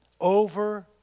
over